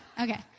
Okay